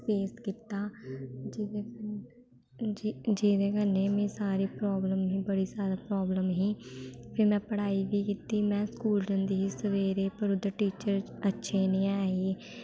face कीता जेह्दे कन्नै जे जेह्दे कन्नै में सारी प्रॉब्लम ही बड़ी जादा प्रॉब्लम ही फिर में पढ़ाई बी कीती में स्कूल जंदी ही सवेरे पर उद्धर टीचर अच्छे निं ऐ ही